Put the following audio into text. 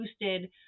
boosted